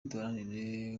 duharanire